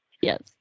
yes